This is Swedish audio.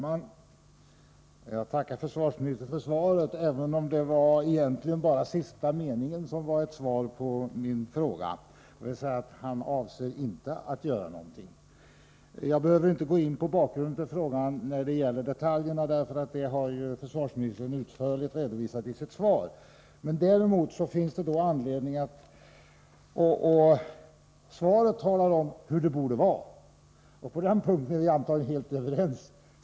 Herr talman! Jag tackar försvarsministern för svaret, även om egentligen bara den sista meningen var svar på min fråga — dvs. han avser inte att göra någonting. Jag behöver inte gå in på några detaljer beträffande bakgrunden till frågan, eftersom försvarsministern utförligt redovisat bakgrunden i sitt svar. I svaret talas det om hur det borde vara — på den punkten är vi antagligen helt överens.